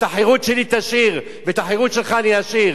את החירות שלי תשאיר ואת החירות שלך אני אשאיר